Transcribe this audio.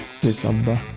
December